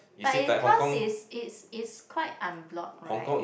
but it cause is it is quite unblock right